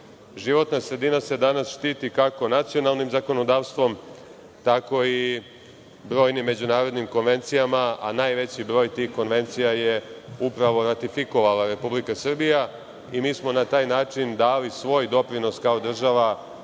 sredina se danas štiti, kako nacionalnim zakonodavstvom, tako i brojnim međunarodnim konvencijama, a najveći broj tih konvencija je upravo ratifikovala Republika Srbija, i mi smo na taj način dali svoj doprinos kao država